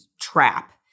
trap